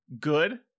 good